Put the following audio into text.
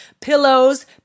pillows